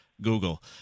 google